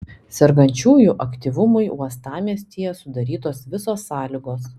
sergančiųjų aktyvumui uostamiestyje sudarytos visos sąlygos